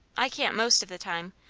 i can't, most of the time.